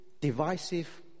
divisive